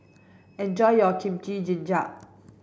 enjoy your Kimchi Jjigae